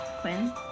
Quinn